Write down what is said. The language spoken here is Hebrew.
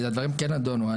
והדברים כן נדונו,